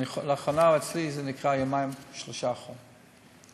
"לאחרונה" אצלי זה נקרא יומיים-שלושה אחרונים,